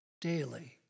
daily